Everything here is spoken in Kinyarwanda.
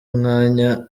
umwanya